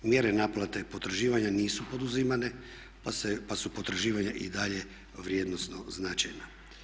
Mjere naplate potraživanja nisu poduzimane pa su potraživanja i dalje vrijednosno značajna.